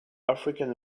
african